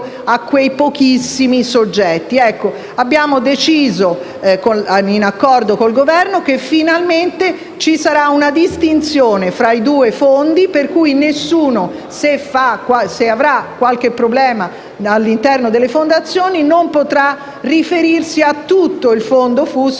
Abbiamo deciso, in accordo con il Governo, che finalmente ci sarà una distinzione tra i due fondi per cui nessuno, se avrà qualche problema all'interno delle fondazioni, potrà riferirsi a tutto il FUS,